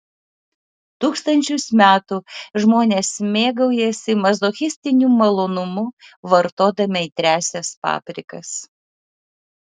tūkstančius metų žmonės mėgaujasi mazochistiniu malonumu vartodami aitriąsias paprikas